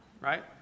right